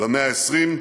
במאה ה-20,